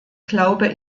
glaube